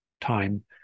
time